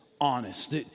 honest